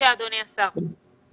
אדוני השר, בבקשה.